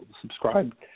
subscribe